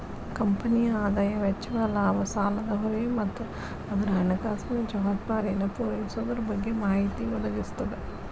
ಕಂಪನಿಯ ಆದಾಯ ವೆಚ್ಚಗಳ ಲಾಭ ಸಾಲದ ಹೊರೆ ಮತ್ತ ಅದರ ಹಣಕಾಸಿನ ಜವಾಬ್ದಾರಿಯನ್ನ ಪೂರೈಸೊದರ ಬಗ್ಗೆ ಮಾಹಿತಿ ಒದಗಿಸ್ತದ